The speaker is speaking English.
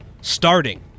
Starting